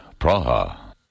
Praha